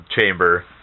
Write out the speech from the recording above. chamber